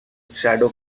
shallow